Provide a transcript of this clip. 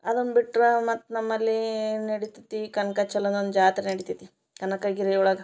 ಅದನ್ನು ಬಿಟ್ರೆ ಮತ್ತೆ ನಮ್ಮಲ್ಲಿ ಏನು ನಡಿತೈತೆ ಕನಕ ಚೆಲ್ಲೋದು ಒಂದು ಜಾತ್ರೆ ನಡಿತೈತೆ ಕನಕಗಿರಿ ಒಳಗೆ